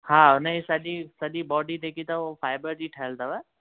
हा हुन जी सॼी सॼी बॉडी जेकी अथव हूअ फाइबर जी ठहियल अथव